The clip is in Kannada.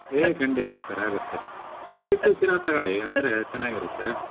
ಏ ಖಂಡಿತ ಸರ್ ಆಗುತ್ತೆ ಉಪ್ಪಿಟ್ಟು ಶಿರಾ ತಗಳ್ಳಿ ಅಂದರೆ ಚೆನ್ನಾಗಿರುತ್ತೆ